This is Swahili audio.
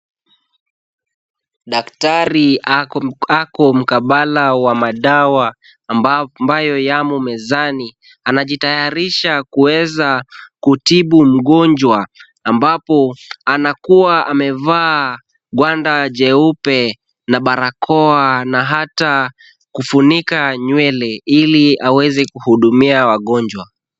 Daktari ako mkabala wa madawa ambayo yamo mezani. Anajitayarisha kuweza kutibu mgonjwa ambapo anakuwa amevaa gwanda jeupe na barakoa na hata kufunika nywele ili aweze kuhudumia wagonjwa.